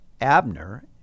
Abner